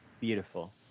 Beautiful